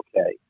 okay